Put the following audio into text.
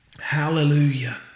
Hallelujah